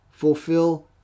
Fulfill